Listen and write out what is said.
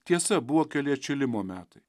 tiesa buvo keli atšilimo metai